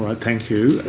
ah thank you.